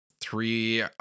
three